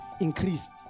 increased